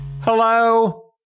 Hello